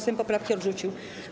Sejm poprawki odrzucił.